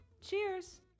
Cheers